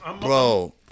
Bro